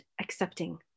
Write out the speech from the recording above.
accepting